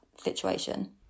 situation